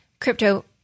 crypto